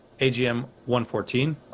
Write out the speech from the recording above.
AGM-114